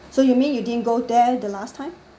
so you mean you didn't go there the last time ya